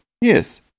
Yes